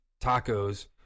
tacos